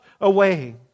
away